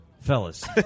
Fellas